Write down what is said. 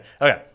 Okay